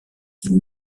qu’ils